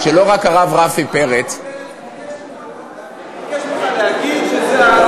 הרב רפי פרץ ביקש ממך להגיד שזה,